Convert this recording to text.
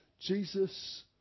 Jesus